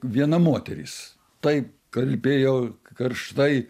viena moteris taip kalbėjo karštai